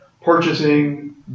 purchasing